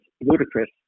ludicrous